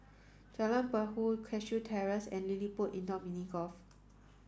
Jalan Perahu Cashew Terrace and LilliPutt Indoor Mini Golf